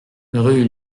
rue